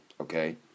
okay